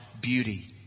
beauty